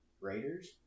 raiders